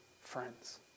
friends